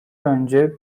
önce